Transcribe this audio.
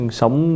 sống